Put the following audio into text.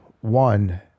one